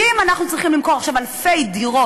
כי אם אנחנו צריכים למכור עכשיו אלפי דירות